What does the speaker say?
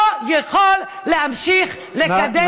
לא יכול להמשיך לקדנציה נוספת.